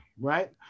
right